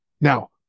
Now